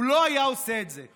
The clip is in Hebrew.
הוא לא היה עושה את זה.